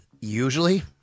usually